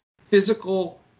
physical